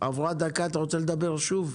עברה דקה, אתה רוצה לדבר שוב?